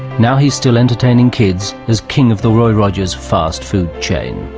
now he's still entertaining kids as king of the roy rogers fast food chain.